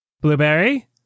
Blueberry